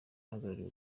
ahagarariye